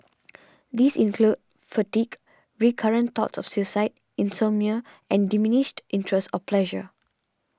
these include fatigue recurrent thoughts of suicide insomnia and diminished interest or pleasure